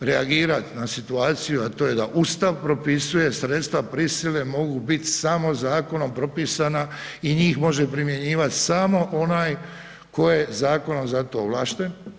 reagirati na situaciju, a to je da Ustav propisuje, sredstva prisile mogu biti samo zakonom propisana i njih može primjenjivati samo onaj tko je zakonom za to ovlašten.